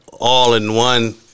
all-in-one